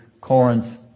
Corinth